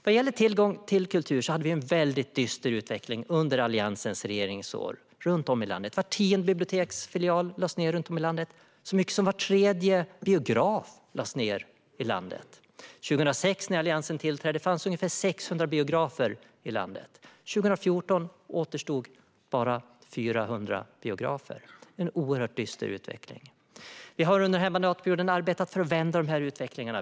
Vad gäller tillgång till kultur hade vi en väldigt dyster utveckling under Alliansens regeringsår runt om i landet. Var tionde biblioteksfilial lades ned i landet. Så mycket som var tredje biograf lades ned i landet. När Alliansen tillträdde 2006 fanns ungefär 600 biografer i landet. År 2014 återstod bara 400 biografer - en oerhört dyster utveckling. Vi har under den här mandatperioden arbetat för att vända den här utvecklingen.